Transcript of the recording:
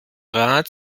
rat